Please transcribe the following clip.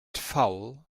foul